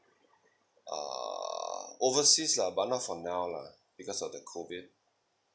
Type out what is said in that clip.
ah overseas lah but not for now lah because of the COVID